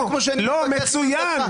אני לא רוצה שזה יהיה כמו שחלק מהאנשים רצו פה,